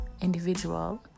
individual